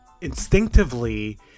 instinctively